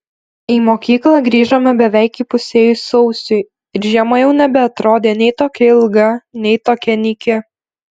į mokyklą grįžome beveik įpusėjus sausiui ir žiema jau nebeatrodė nei tokia ilga nei tokia nyki